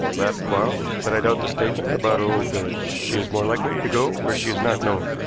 laughed quarles. but i doubt the statement about her old village. she is more likely to go where she is not known.